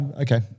okay